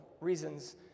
reasons